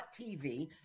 TV